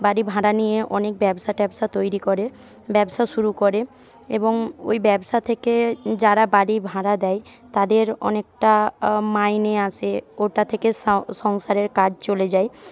বাড়ি ভাড়া নিয়ে অনেক ব্যবসা ট্যাবসা তৈরি করে ব্যবসা শুরু করে এবং ওই ব্যবসা থেকে যারা বাড়ি ভাড়া দেয় তাদের অনেকটা মাইনে আসে ওটা থেকে সংসারের কাজ চলে যায়